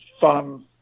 fun